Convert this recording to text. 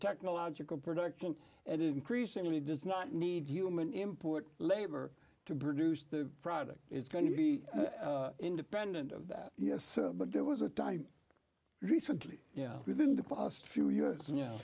technological production and increasingly does not need human import labor to produce the product it's going to be independent of that yes but there was a time recently yeah within the past few years